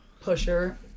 pusher